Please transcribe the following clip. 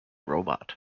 robot